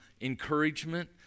encouragement